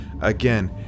again